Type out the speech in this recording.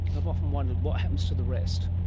i've often wondered, what happens to the rest?